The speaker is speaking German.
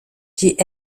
die